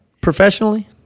professionally